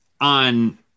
on